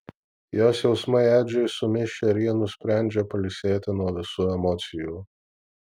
jos jausmai edžiui sumišę ir ji nusprendžia pailsėti nuo visų emocijų